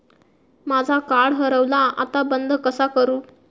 माझा कार्ड हरवला आता बंद कसा करू?